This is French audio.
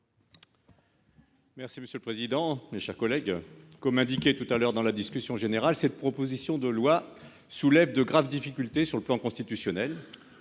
Merci monsieur le président, mes chers collègues. Comme indiqué tout à l'heure dans la discussion générale, cette proposition de loi soulève de graves difficultés sur le plan constitutionnel.